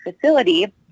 facility